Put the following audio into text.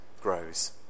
grows